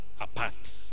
apart